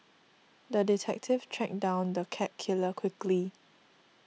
the detective tracked down the cat killer quickly